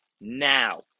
now